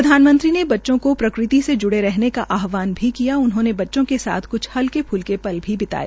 प्रधानमंत्रीने बच्चों को प्रकृति से जुड़े रहने का आहवान भी किया उन्होंने बच्चों के साथ क्छ हल्के फ्लके पली भी बिताए